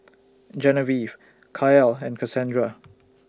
Genevieve Kael and Kasandra